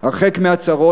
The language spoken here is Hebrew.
הרחק מהצרות.